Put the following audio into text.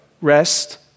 rest